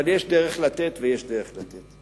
אבל יש דרך לתת, ויש דרך לתת.